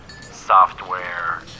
software